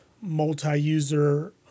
multi-user